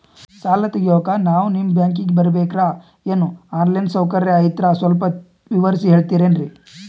ಸಾಲ ತೆಗಿಯೋಕಾ ನಾವು ನಿಮ್ಮ ಬ್ಯಾಂಕಿಗೆ ಬರಬೇಕ್ರ ಏನು ಆನ್ ಲೈನ್ ಸೌಕರ್ಯ ಐತ್ರ ಸ್ವಲ್ಪ ವಿವರಿಸಿ ಹೇಳ್ತಿರೆನ್ರಿ?